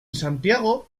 santiago